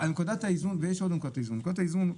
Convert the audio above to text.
ויש עוד נקודת איזון,